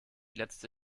letzte